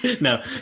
No